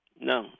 No